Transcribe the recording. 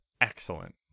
excellent